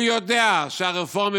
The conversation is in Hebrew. הוא יודע שהרפורמים,